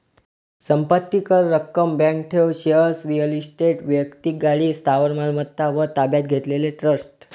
संपत्ती कर, रक्कम, बँक ठेव, शेअर्स, रिअल इस्टेट, वैक्तिक गाडी, स्थावर मालमत्ता व ताब्यात घेतलेले ट्रस्ट